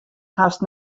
hast